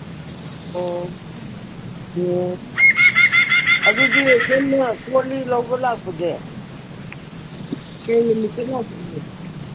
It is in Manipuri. ꯑꯣ ꯑꯣ ꯑꯗꯨꯗꯤ ꯁꯣꯝꯅ ꯀꯣꯜ ꯂꯤꯛ ꯂꯧꯕ ꯂꯥꯛꯄꯁꯦ ꯀꯩ ꯅꯨꯃꯤꯠꯇ ꯂꯥꯛꯇꯣꯏꯅꯣ